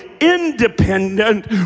independent